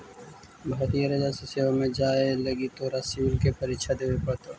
भारतीय राजस्व सेवा में जाए लगी तोरा सिवल के परीक्षा देवे पड़तो